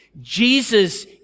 Jesus